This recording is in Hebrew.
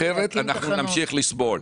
אחרת אנחנו נמשיך לסבול.